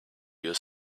your